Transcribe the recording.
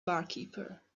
barkeeper